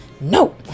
No